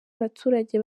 abaturage